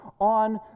on